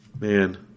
man